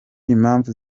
impamvu